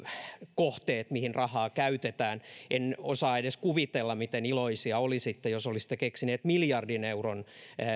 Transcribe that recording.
kohteet mihin rahaa käytetään en osaa edes kuvitella miten iloisia olisitte jos olisitte keksineet miljardin euron